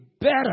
better